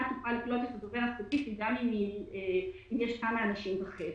תוכל לקלוט את הדובר הספציפי גם אם יש כמה אנשים בחדר.